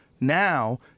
Now